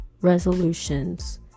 Resolutions